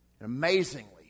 Amazingly